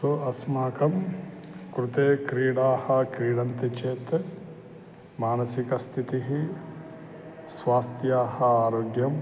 सो अस्माकं कृते क्रीडाः क्रीडन्ति चेत् मानसिकस्थितिः स्वास्थ्यः आरोग्यम्